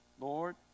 Lord